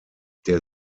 der